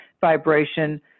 vibration